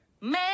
man